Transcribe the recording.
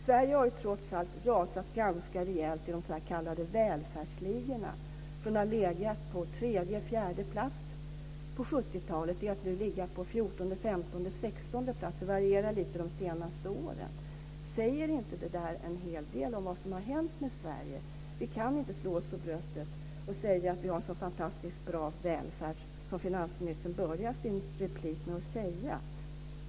Sverige har trots allt rasat ganska rejält i de s.k. välfärdsligorna, från att ha legat på tredje och fjärde plats på 70-talet till att nu ligga på 14:e, 15:e eller 16:e plats - det varierar lite - de senaste åren. Säger inte det en hel del om vad som har hänt med Sverige? Vi kan inte slå oss för bröstet och säga att vi har så fantastiskt bra välfärd, som finansministern började sitt inlägg med att säga.